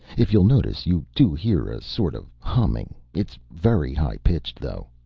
if you'll notice, you do hear a sort of humming. it's very high-pitched, though.